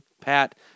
Pat